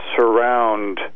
surround